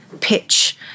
pitch